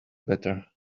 better